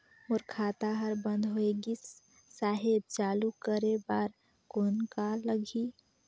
मोर खाता हर बंद होय गिस साहेब चालू करे बार कौन का लगही?